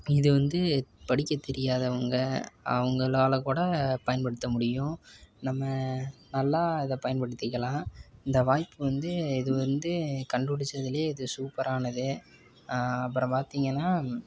இது வந்து படிக்க தெரியாதவங்க அவங்களாலக்கூட பயன்படுத்த முடியும் நம்ம நல்லா அதை பயன்படுத்திக்கலாம் இந்த வாய்ப்பு வந்து இது வந்து கண்டுபிடிச்சதுலயே இது சூப்பரானது அப்புறம் பார்த்திங்கனா